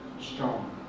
strong